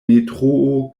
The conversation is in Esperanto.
metroo